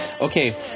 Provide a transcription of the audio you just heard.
okay